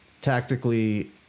tactically